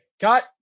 cut